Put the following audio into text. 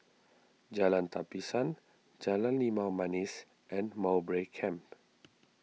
Jalan Tapisan Jalan Limau Manis and Mowbray Camp